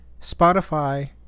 Spotify